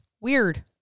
Weird